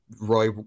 Roy